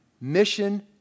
Mission